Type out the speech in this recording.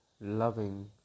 loving